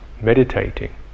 meditating